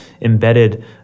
embedded